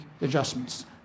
adjustments